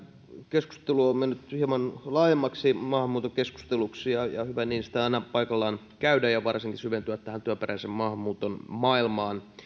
keskustelu on mennyt hieman laajemmaksi maahanmuuton keskusteluksi ja ja hyvä niin sitä on aina paikallaan käydä ja varsinkin syventyä tähän työperäisen maahanmuuton maailmaan